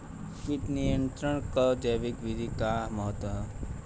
कीट नियंत्रण क जैविक विधि क का महत्व ह?